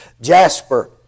Jasper